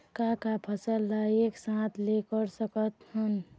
का का फसल ला एक साथ ले सकत हन?